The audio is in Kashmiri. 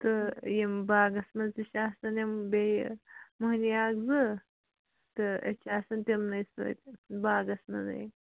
تہٕ یِم باغَس منٛز تہِ چھِ آسان یِم بیٚیہِ مۅہنِی اَکھ زٕ تہٕ أسۍ چھِ آسان تِمنٕے سۭتۍ باغَس منٛزٕے